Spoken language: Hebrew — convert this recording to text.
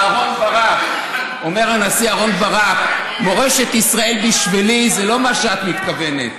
אומר הנשיא אהרן ברק שמורשת ישראל בשבילו זה לא מה שאת מתכוונת.